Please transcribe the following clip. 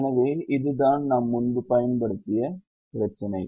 எனவே இதுதான் நாம் முன்பு பயன்படுத்திய பிரச்சினை